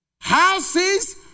Houses